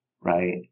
Right